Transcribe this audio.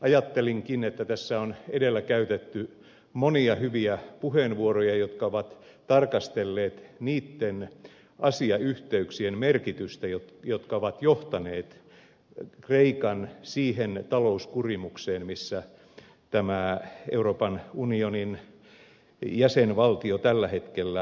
ajattelenkin että tässä on edellä käytetty monia hyviä puheenvuoroja jotka ovat tarkastelleet niitten asiayhteyksien merkitystä jotka ovat johtaneet kreikan siihen talouskurimukseen missä tämä euroopan unionin jäsenvaltio tällä hetkellä on